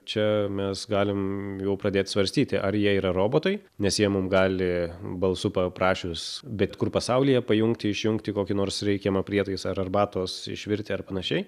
čia mes galim jau pradėt svarstyti ar jie yra robotai nes jie mum gali balsu paprašius bet kur pasauly pajungti išjungti kokį nors reikiamą prietaisą ar arbatos išvirti ar panašiai